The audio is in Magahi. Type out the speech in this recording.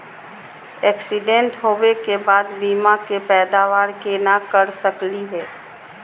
एक्सीडेंट होवे के बाद बीमा के पैदावार केना कर सकली हे?